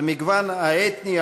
על המגוון האתני,